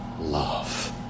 love